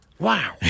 Wow